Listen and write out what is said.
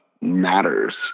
matters